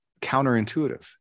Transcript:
counterintuitive